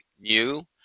new